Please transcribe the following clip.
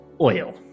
oil